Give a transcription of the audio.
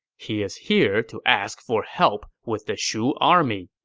he is here to ask for help with the shu army,